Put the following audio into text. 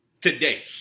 Today